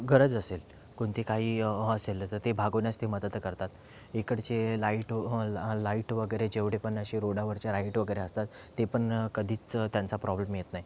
गरज असेल कोणती काही असेल तर ती भागवूनच ते मदत करतात इकडचे लाइट लाइट वगैरे जेवढे पण असे रोडावरच्या लाइट वगैरे असतात ते पण कधीच त्यांचा प्रॉब्लेम येत नाही